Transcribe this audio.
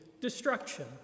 destruction